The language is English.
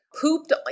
pooped